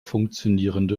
funktionierende